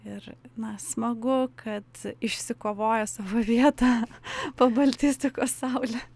ir na smagu kad išsikovojo savo vietą po baltistikos saule